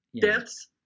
deaths